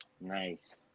Nice